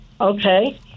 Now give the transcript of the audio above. Okay